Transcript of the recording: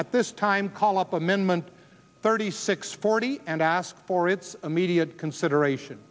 at this time call up amendment thirty six forty and ask for its immediate consideration